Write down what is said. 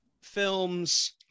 films